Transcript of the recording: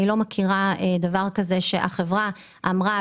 אני לא מכירה דבר כזה שהחברה אמרה,